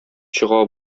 чыга